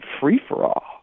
free-for-all